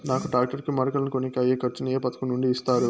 నాకు టాక్టర్ కు మడకలను కొనేకి అయ్యే ఖర్చు ను ఏ పథకం నుండి ఇస్తారు?